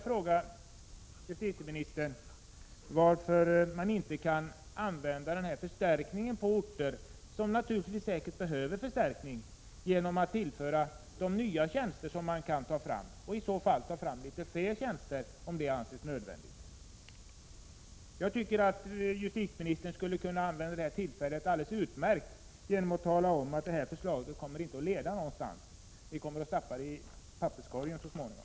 Varför kan inte förstärkningen användas på sådant sätt att de orter som säkert behöver förstärkning tillförs nya tjänster, som man då kan ta fram och ifall det anses nödvändigt ta fram litet fler tjänster? Jag tycker att justitieministern skulle kunna använda detta utmärkta tillfälle till att tala om att detta förslag inte kommer att leda någonstans. Ni kommer att stoppa det i papperskorgen så småningom.